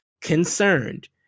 concerned